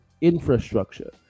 infrastructure